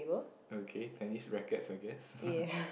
okay tennis rackets I guess